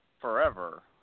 forever